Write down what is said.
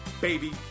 baby